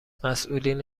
مسئولین